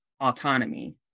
autonomy